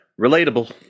relatable